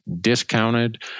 discounted